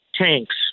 tanks